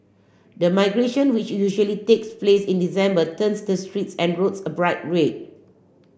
the migration which usually takes place in December turns the streets and roads a bright red